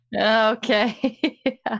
Okay